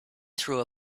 through